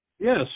Yes